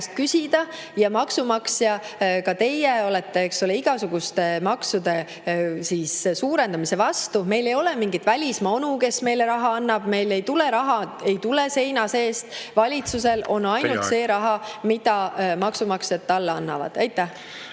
küsida, ent maksumaksja, kes ka teie olete, eks ole, on igasuguste maksude suurendamise vastu. Meil ei ole mingit välismaa onu, kes meile raha annab. Meil ei tule raha seina seest. Valitsusel on ainult see raha, mida maksumaksjad talle annavad. Aitäh!